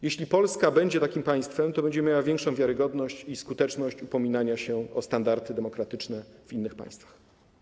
Jeśli Polska będzie takim państwem, to będzie miała większą wiarygodność i skuteczność upominania się o standardy demokratyczne w innych państwach.